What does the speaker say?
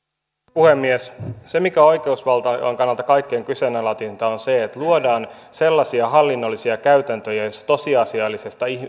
puhemies se mikä on oikeusvaltion kannalta kaikkein kyseenalaisinta on se että luodaan sellaisia hallinnollisia käytäntöjä joissa tosiasiallisesti